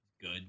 good